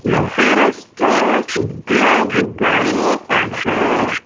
ମହାରାଷ୍ଟ୍ର ସିଦ୍ଧଦୁର୍ଗରେ ପାଗ